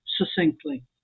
succinctly